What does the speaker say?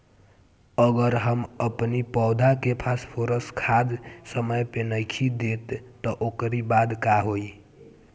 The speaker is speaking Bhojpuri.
अगर हम अपनी पौधा के फास्फोरस खाद समय पे नइखी देत तअ ओकरी बाद का होई